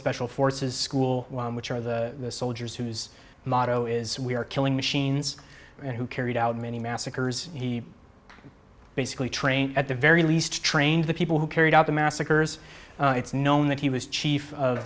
special forces school which are the soldiers whose motto is we are killing machines and who carried out many massacres he basically trained at the very least trained the people who carried out the massacres it's known that he was chief of